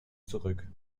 zurück